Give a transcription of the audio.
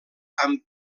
amb